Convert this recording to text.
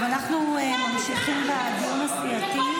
טוב, אנחנו מממשיכים בדיון הסיעתי.